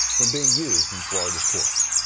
from being used in florida's courts.